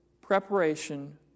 preparation